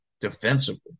defensively